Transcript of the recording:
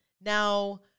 Now